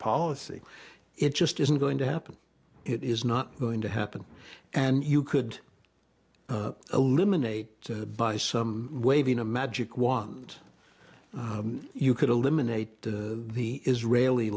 policy it just isn't going to happen it is not going to happen and you could eliminate by some waving a magic wand you could eliminate the the israeli